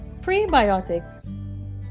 Prebiotics